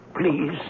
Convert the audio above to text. please